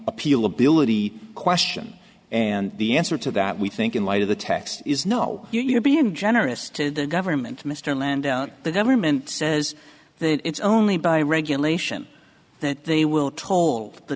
appeal ability question and the answer to that we think in light of the text is no you're being generous to the government mr land out the government says that it's only by regulation that they will toll the